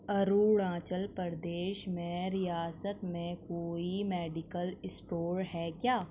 اروناچل پردیش میں ریاست میں کوئی میڈیکل اسٹور ہے کیا